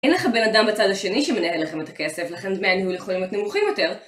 אין לך בן אדם בצד השני שמנהל לכם את הכסף, לכן דמי הניהול יכולים להיות נמוכים יותר.